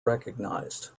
recognized